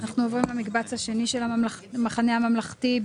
אנחנו עוברים למקבץ השני של "המחנה הממלכתי".